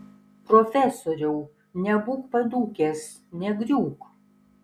profesoriau nebūk padūkęs negriūk